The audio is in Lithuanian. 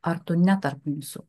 ar tu ne tarp jūsų